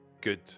good